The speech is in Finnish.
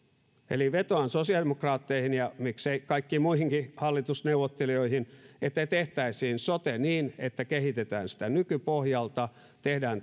eli vetoan sosiaalidemokraatteihin ja miksei kaikkiin muihinkin hallitusneuvottelijoihin että tehtäisiin sote niin että kehitetään sitä nykypohjalta tehdään